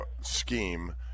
Scheme